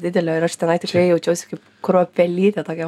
didelio ir aš tenai tikrai jaučiausi kaip kruopelytė tokia